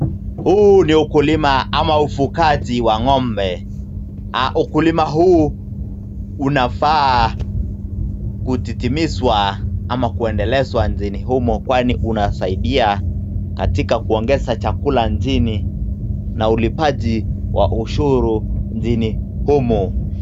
Huu ni ukulima ama ufugaji wa ng'ombe. Ukulima huu unafaa kutitimizwa ama kuendelezwa nchini humo kwani unasaidia katika kuongeza chakula nchini na ulipaji wa ushuru nchini humo.